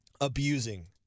abusing